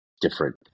different